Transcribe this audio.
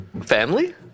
Family